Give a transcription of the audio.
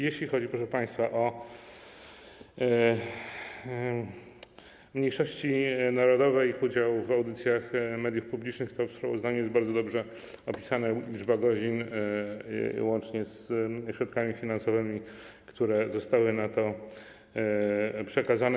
Jeśli chodzi, proszę państwa, o mniejszości narodowe i ich udział w audycjach mediów publicznych, to w sprawozdaniu jest bardzo dobrze opisana liczba godzin łącznie z środkami finansowymi, które zostały na to przekazane.